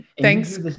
Thanks